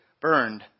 burned